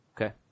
Okay